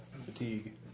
fatigue